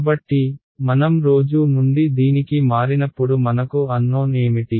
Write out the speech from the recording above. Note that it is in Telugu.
కాబట్టి మనం నుండి దీనికి మారినప్పుడు మనకు అన్నోన్ ఏమిటి